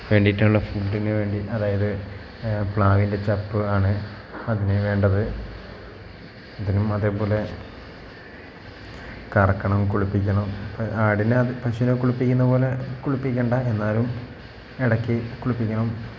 വേണ്ടിയിട്ടുള്ള ഫുഡിന് വേണ്ടി അതായത് പ്ലാവിൻ്റെ ചപ്പ് ആണ് അതിന് വേണ്ടത് ഇതിനും അതേപോലെ കറക്കണം കുളിപ്പിക്കണം ആടിനെ അത് പശുവിനെ കുളിപ്പിക്കുന്ന പോലെ കുളിപ്പിക്കേണ്ട എന്നാലും ഇടയ്ക്ക് കുളിപ്പിക്കണം